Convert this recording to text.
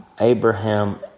Abraham